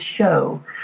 show